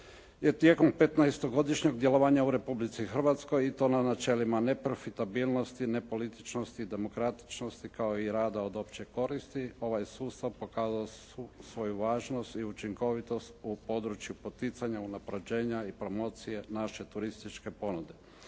Tijekom 15.-godišnjeg djelovanja u Republici Hrvatskoj i to na načelima neprofitabilnosti, ne političnosti i demokratičnosti kao i rada od opće koristi ovaj sustav je pokazao svu svoju važnost i učinkovitost u području poticanja, unaprjeđenja i promocije naše turističke ponude.